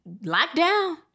lockdown